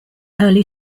early